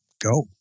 go